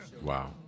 Wow